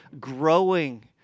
growing